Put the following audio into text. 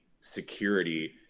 security